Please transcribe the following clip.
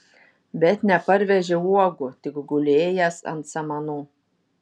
bet neparvežė uogų tik gulėjęs ant samanų